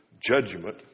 judgment